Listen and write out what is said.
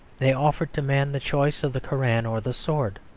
they offered to man the choice of the koran or the sword.